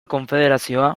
konfederazioa